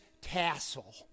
tassel